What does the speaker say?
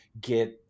get